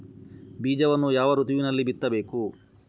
ಬೀಜವನ್ನು ಯಾವ ಋತುವಿನಲ್ಲಿ ಬಿತ್ತಬೇಕು?